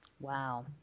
Wow